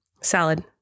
Salad